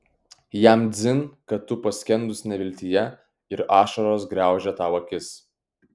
jam dzin kad tu paskendus neviltyje ir ašaros griaužia tau akis